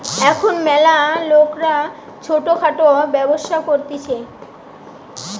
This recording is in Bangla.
এখুন ম্যালা লোকরা ছোট খাটো ব্যবসা করতিছে